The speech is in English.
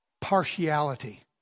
partiality